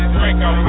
Draco